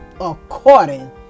According